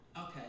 Okay